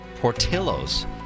Portillo's